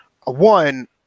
One